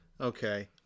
okay